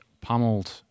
pummeled